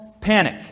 panic